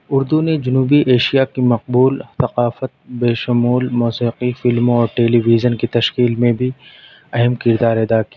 اردو نے جنوبی ایشیا کی مقبول ثقافت بشمول مشرقی فلموں اور ٹیلی وِژن کی تشکیل میں بھی اہم کردار ادا کیا ہے